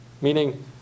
meaning